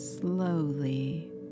slowly